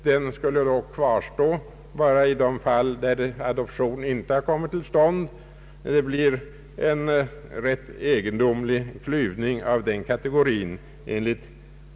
Den skulle då kvarstå endast i de fall där adoption inte har kommit till stånd. Det blir enligt mitt förmenande en rätt egendomlig klyvning av den kategorin.